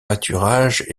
pâturages